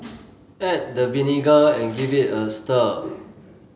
add the vinegar and give it a stir